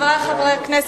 חברי חברי הכנסת,